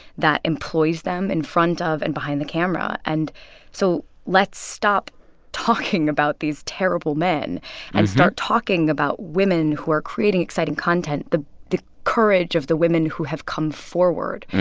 that employs them in front of and behind the camera. and so let's stop talking about these terrible men and start talking about women who are creating exciting content, the the courage of the women who have come forward,